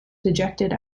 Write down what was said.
dejected